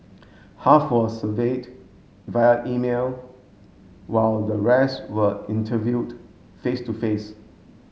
half were surveyed via email while the rest were interviewed face to face